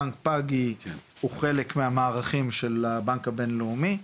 בנק פאגי הוא חלק מהמערכים של הבנק הבינלאומי.